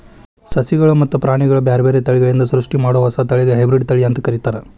ಸಸಿಗಳು ಮತ್ತ ಪ್ರಾಣಿಗಳ ಬ್ಯಾರ್ಬ್ಯಾರೇ ತಳಿಗಳಿಂದ ಸೃಷ್ಟಿಮಾಡೋ ಹೊಸ ತಳಿಗೆ ಹೈಬ್ರಿಡ್ ತಳಿ ಅಂತ ಕರೇತಾರ